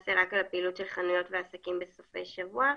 למעשה רק לפעילות של חנויות ועסקים בסופי שבוע,